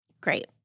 Great